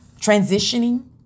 transitioning